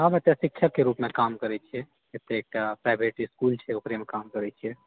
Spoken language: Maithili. हम एतऽ शिक्षकके रूपमे काम करए छियै एतए एकटा प्राइवेट इसकुल ओकरेमे काम करए छिअइ